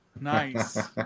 Nice